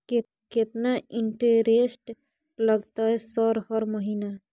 केतना इंटेरेस्ट लगतै सर हर महीना?